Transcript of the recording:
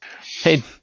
Hey